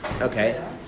Okay